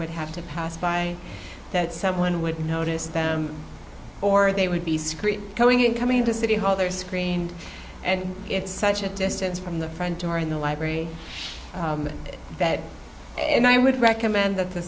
would have to pass by that someone would notice them or they would be screened coming in coming to city hall they are screened and it's such a distance from the front door in the library that and i would recommend that the